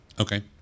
Okay